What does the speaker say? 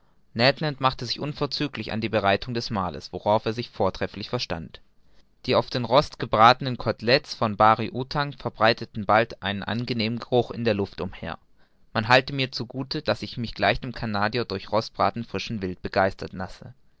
machte sich unverzüglich an die bereitung des mahles worauf er sich vortrefflich verstand die auf den rost gebratenen cotelettes von bari outang verbreiteten bald einen angenehmen geruch in der luft umher man halte mir zu gut daß ich mich gleich dem canadier durch rostbraten frischen wildes begeistern lasse